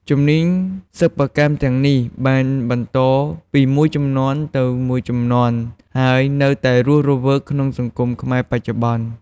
ជំនាញសិប្បកម្មទាំងនេះបានបន្តពីមួយជំនាន់ទៅមួយជំនាន់ ហើយនៅតែរស់រវើកក្នុងសង្គមខ្មែរបច្ចុប្បន្ន។